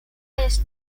jest